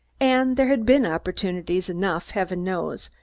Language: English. and there had been opportunities enough, heaven knows,